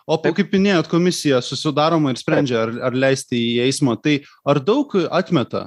o kaip minėjot komisija susidaroma ir sprendžia ar ar leisti į eismą taip ar daug atmeta